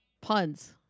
Puns